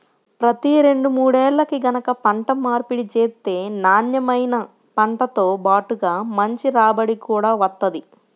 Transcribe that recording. ప్రతి రెండు మూడేల్లకి గనక పంట మార్పిడి చేత్తే నాన్నెమైన పంటతో బాటుగా మంచి రాబడి గూడా వత్తది